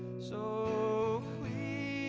so